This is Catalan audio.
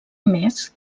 més